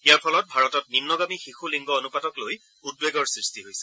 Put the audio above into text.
ইয়াৰ ফলত ভাৰতত নিন্নগামী শিশু লিংগ অনুপাতক লৈ উদ্বেগৰ সৃষ্টি হৈছে